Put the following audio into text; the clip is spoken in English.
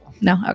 No